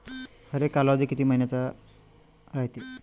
हरेक कालावधी किती मइन्याचा रायते?